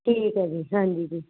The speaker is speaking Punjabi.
ਠੀਕ ਹੈ ਜੀ ਹਾਂਜੀ ਜੀ